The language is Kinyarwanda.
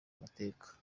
amateka